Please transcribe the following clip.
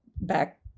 back